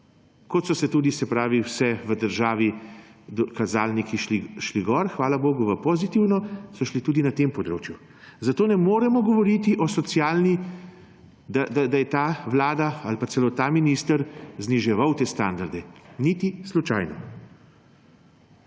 kot so tudi vsi v državi kazalniki šli gor, hvala bogu v pozitivno, so šli tudi na tem področju. Zato ne moremo govoriti, da je ta vlada ali pa celo ta minister zniževal te standarde. Niti slučajno.